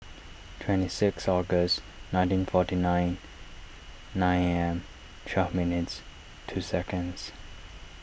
twenty six August nineteen forty nine nine A M twelve minutes two seconds